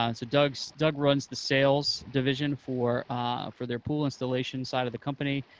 ah and doug so doug runs the sales division for for their pool installation side of the company,